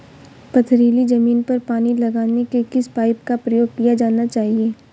पथरीली ज़मीन पर पानी लगाने के किस पाइप का प्रयोग किया जाना चाहिए?